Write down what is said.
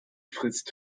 frisst